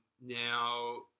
Now